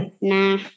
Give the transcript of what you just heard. nah